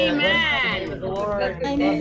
Amen